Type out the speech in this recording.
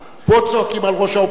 פה צועקים על ראש האופוזיציה,